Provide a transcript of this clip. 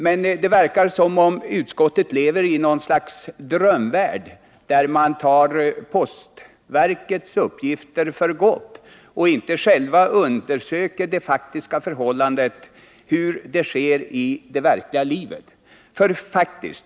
Men det verkar som om utskottet levde i något slags drömvärld, där man tar postverkets uppgifter för gott och inte själv undersöker de faktiska förhållandena, hur det är i det verkliga livet.